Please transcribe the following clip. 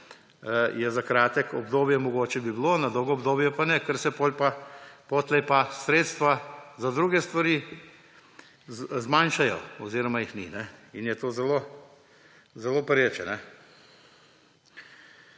bi za kratko obdobje mogoče bilo, na dolgo obdobje pa ne, ker se potlej pa sredstva za druge stvari zmanjšajo oziroma jih ni in je to zelo pereče.